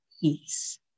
peace